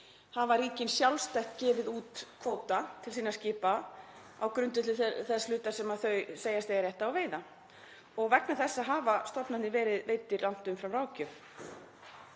hafa ríkin sjálfstætt gefið út kvóta til sinna skipa á grundvelli þess hluta sem þau segjast eiga rétt á að veiða. Vegna þessa hafa stofnanir verið veiddir langt umfram ráðgjöf.